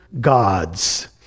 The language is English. gods